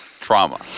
Trauma